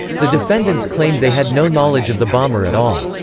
the defendants claimed they had no knowledge of the bomber at all.